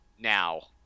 Now